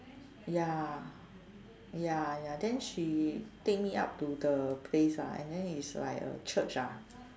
ya ya ya then she take me up to the place ah and then it's like a church ah